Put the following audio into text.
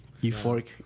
Euphoric